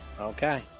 Okay